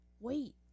wait